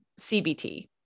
CBT